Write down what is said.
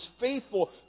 faithful